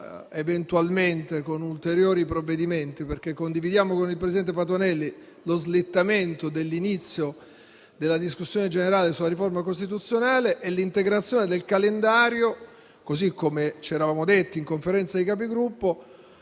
eventualmente con ulteriori provvedimenti, perché condividiamo con il presidente Patuanelli la richiesta di uno slittamento dell'inizio della discussione generale sulla riforma costituzionale e di integrazione del calendario - così come ci eravamo detti in Conferenza dei Capigruppo